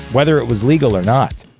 whether it was legal or not.